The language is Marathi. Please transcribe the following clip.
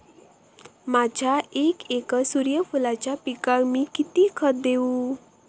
माझ्या एक एकर सूर्यफुलाच्या पिकाक मी किती खत देवू?